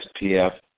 SPF